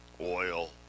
oil